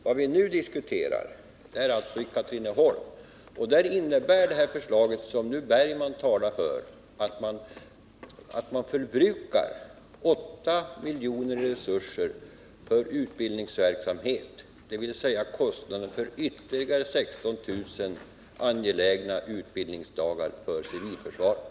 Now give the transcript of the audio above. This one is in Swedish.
Vad vi nu diskuterar är alltså anläggningen i Katrineholm. Det förslag som Holger Bergman talar för innebär att man förbrukar 8 milj.kr. i resurser för utbildningsverksamhet, dvs. kostnaden för ytterligare 16 000 angelägna utbildningsdagar för civilförsvaret.